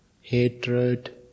hatred